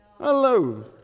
Hello